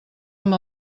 amb